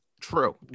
True